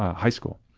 high school.